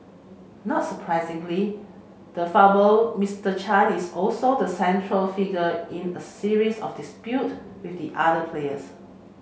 not surprisingly the affable Mister Chan is also the central figure in a series of dispute with the other players